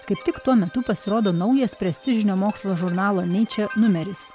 kaip tik tuo metu pasirodo naujas prestižinio mokslo žurnalo niche numeris